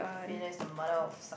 failure the mother of